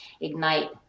ignite